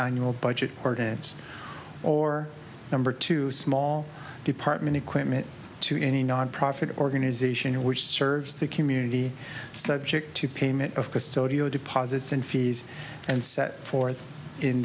annual budget ordinance or number two small department equipment to any nonprofit organization which serves the community subject to payment of custodial deposits and fees and set forth in